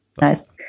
Nice